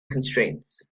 constraints